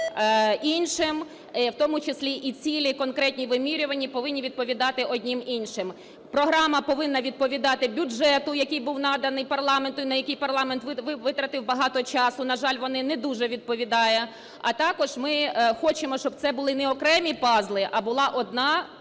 іншим, в тому числі і цілі конкретні вимірювання повинні відповідати одні іншим. Програма повинна відповідати бюджету, який був наданий парламенту і на який парламент витратив багато часу. На жаль, вона не дуже відповідають. А також ми хочемо, щоб це були не окремі пазли, а була одна